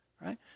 right